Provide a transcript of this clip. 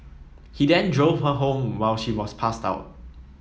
he then drove her home while she was passed out